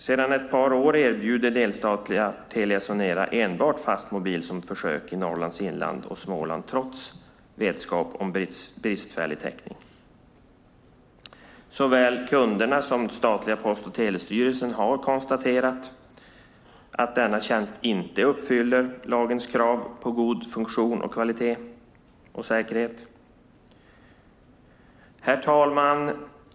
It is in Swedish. Sedan ett par år tillbaka erbjuder delstatliga Telia Sonera enbart fastmobil som försök i Norrlands inland och i Småland trots vetskap om bristfällig täckning. Såväl kunder som statliga Post och telestyrelsen har konstaterat att denna tjänst inte uppfyller lagens krav på god funktion, kvalitet och säkerhet. Herr talman!